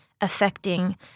affecting